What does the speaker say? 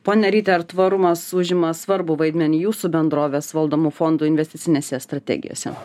pone ryti ar tvarumas užima svarbų vaidmenį jūsų bendrovės valdomų fondų investicinėse strategijose